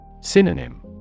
Synonym